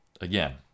Again